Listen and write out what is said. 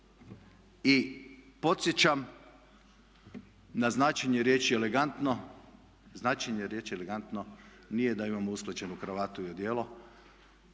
I podsjećam na značenje riječi elegantno, značenje riječi elegantno nije da imamo usklađenu kravatu i odijelo,